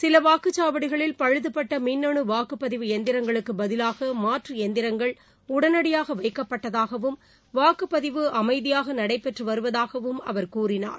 சில வாக்குச்சாவடிகளில் பழுதுபட்ட மின்னனு வாக்குப்பதிவு எந்திரங்களுக்குப் பதிவாக மாற்று எந்திரங்கள் உடனடியாக வைக்கப்பட்டதாகவும் வாக்குப்பதிவு அமைதியாக நடைபெற்று வருவதாகவம் அவர் கூறினார்